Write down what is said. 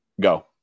Go